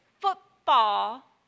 football